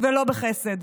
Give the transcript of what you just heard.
ולא בחסד.